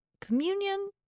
communion